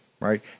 Right